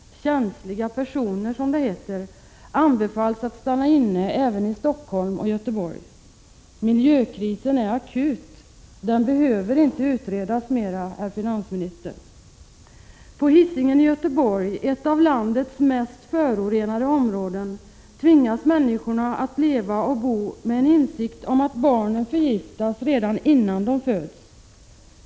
Känsliga personer, som det heter, anbefalls att stanna inne även i Stockholm och Göteborg. Miljökrisen är akut, och den behöver inte utredas mera, herr finansminister. På Hisingen i Göteborg -— ett av landets mest förorenade områden — tvingas människorna att leva och bo med en insikt om att barnen förgiftas redan innan de föds.